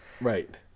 Right